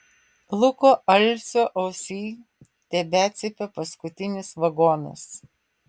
luko alsio ausyj tebecypia paskutinis vagonas